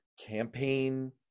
campaign